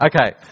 Okay